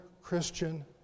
Christian